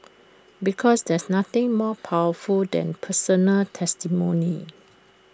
because there is nothing more powerful than personal testimony